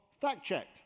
fact-checked